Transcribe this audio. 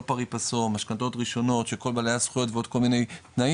לא -- משכנתאות ראשונות של כל בעלי הזכויות ועוד כל מיני תנאים,